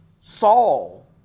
Saul